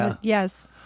Yes